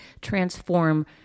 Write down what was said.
transform